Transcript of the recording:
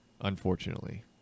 unfortunately